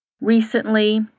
Recently